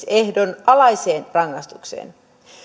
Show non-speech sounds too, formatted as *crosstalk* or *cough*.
*unintelligible* ehdonalaiseen rangaistukseen